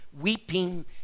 weeping